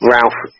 Ralph